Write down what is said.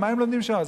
מה הם לומדים שם?